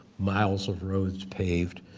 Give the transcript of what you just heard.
miles of road paved,